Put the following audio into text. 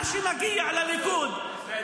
מה שמגיע לליכוד --- מנסור,